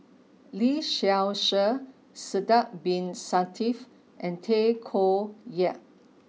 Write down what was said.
Lee Seow Ser Sidek Bin Saniff and Tay Koh Yat